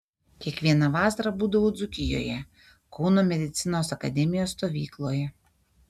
kiekvieną vasarą būdavau dzūkijoje kauno medicinos akademijos stovykloje